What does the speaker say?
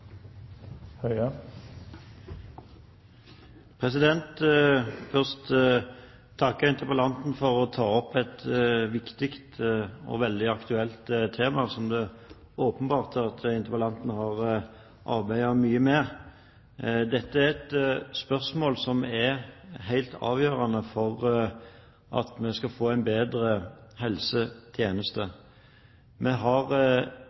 først få takke interpellanten for å ta opp et viktig og veldig aktuelt tema som det er åpenbart at interpellanten har arbeidet mye med. Dette er et spørsmål som er helt avgjørende for at vi skal få en bedre helsetjeneste. Vi har sett at andre deler av samfunnet vårt har